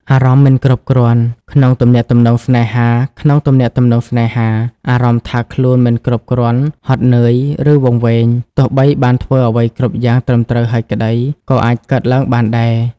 អារម្មណ៍មិនគ្រប់គ្រាន់ ក្នុងទំនាក់ទំនងស្នេហាក្នុងទំនាក់ទំនងស្នេហា អារម្មណ៍ថាខ្លួនមិនគ្រប់គ្រាន់ ហត់នឿយ ឬវង្វេង ទោះបីបានធ្វើអ្វីគ្រប់យ៉ាងត្រឹមត្រូវហើយក្តី ក៏អាចកើតឡើងបានដែរ